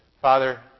Father